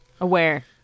aware